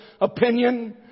opinion